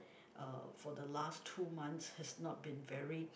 uh for the last two months has not been very